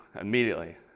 immediately